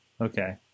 Okay